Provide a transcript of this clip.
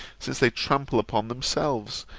since they trample upon themselves,